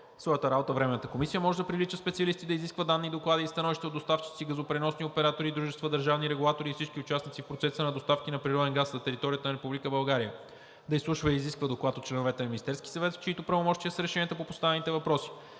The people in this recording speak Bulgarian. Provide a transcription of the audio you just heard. своята работа Временната комисия може да привлича специалисти, да изисква данни, доклади и становища от доставчици, газопреносни оператори, дружества, държавни регулатори и всички участници в процеса на доставки на природен газ за територията на Република България, да изслушва и изисква доклад от членове на Министерския съвет, в чиито правомощия са решенията по поставените въпроси.